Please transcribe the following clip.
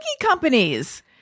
companies